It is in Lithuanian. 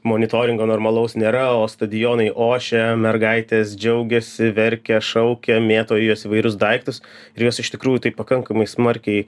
monitoringo normalaus nėra o stadionai ošia mergaitės džiaugiasi verkia šaukia mėto į juos įvairius daiktus ir jos iš tikrųjų taip pakankamai smarkiai